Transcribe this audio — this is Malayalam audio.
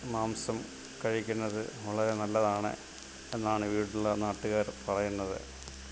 മാംസം കഴിക്കുന്നത് വളരെ നല്ലതാണ് എന്നാണ് ഇവിടെയുള്ള നാട്ടുകാർ പറയുന്നത്